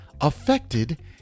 affected